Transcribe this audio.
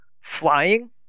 flying